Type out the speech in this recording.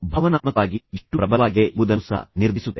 ಭಾವನಾತ್ಮಕವಾಗಿ ಎಷ್ಟು ಪ್ರಬಲವಾಗಿದೆ ಎಂಬುದನ್ನು ಸಹ ನಿರ್ಧರಿಸುತ್ತದೆ